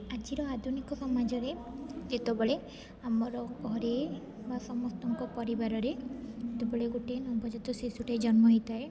ଆଜିର ଆଧୁନିକ ସମାଜରେ ଯେତେବେଳେ ଆମର ଘରେ ବା ସମସ୍ତଙ୍କ ପରିବାରରେ ଯେତେବେଳେ ଗୋଟିଏ ନବଜାତ ଶିଶୁଟେ ଜନ୍ମ ହୋଇଥାଏ